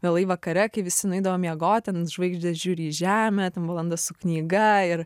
vėlai vakare kai visi nueidavo miegot ten žvaigždės žiūri į žemę valanda su knyga ir